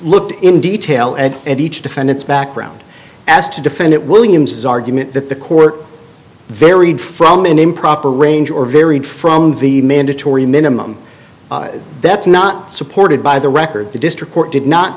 looked in detail at and each defendant's background as to defend it williams argument that the court varied from an improper range or varied from the mandatory minimum that's not supported by the record the district court did not